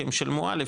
כי הם שילמו א',